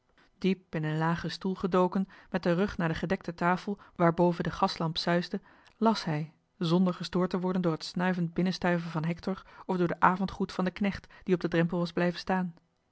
diep in een lagen stoel gedoken met den rug naar de gedekte tafel waarboven de gaslamp suisde las hij zonder gestoord te worden door het snuivend binnenstuiven van hector of door den avondgroet van den knecht die op den drempel was blijven staan